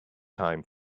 time